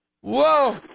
Whoa